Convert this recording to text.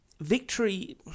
victory